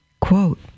Quote